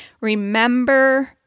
Remember